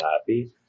happy